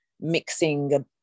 mixing